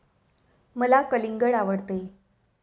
मला कलिंगड आवडते